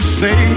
say